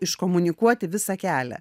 iškomunikuoti visą kelią